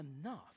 enough